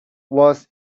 was